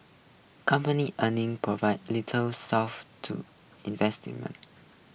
company earnings provided little solace to investment